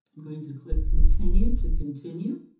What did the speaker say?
i'm going to click continue to continue.